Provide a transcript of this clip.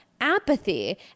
apathy